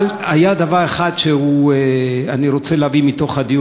אבל היה בדיון הזה דבר אחד שאני רוצה להביא כאן,